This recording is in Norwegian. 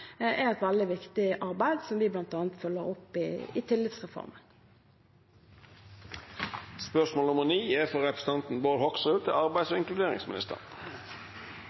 er et veldig viktig arbeid, som vi bl.a. følger opp i